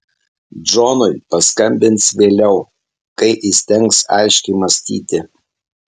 džonui paskambins vėliau kai įstengs aiškiai mąstyti